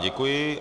Děkuji.